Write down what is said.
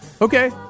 Okay